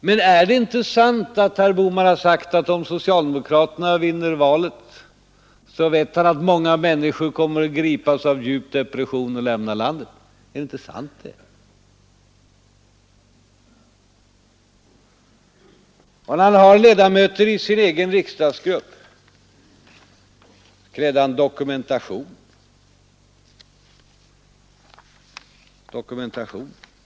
Men är det inte sant att herr Bohman sagt att han vet att många människor kommer att gripas av djup depression och lämna landet, om socialdemokraterna vinner valet. Är det inte sant? Behöver herr Bohman dokumentation på ledamöter i sin egen riksdagsgrupp?